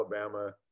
Alabama